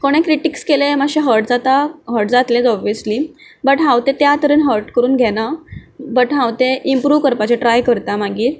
कोणें क्रिटिक्स केलें मातशें हट जाता हट जातलेंच ओबिवियस्ली बट हांव ते त्या तरेन हट करून घेना बट हांव तें इंमप्रूव करपाचें ट्राय करपाचें ट्राय करता मागीर